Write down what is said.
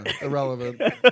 irrelevant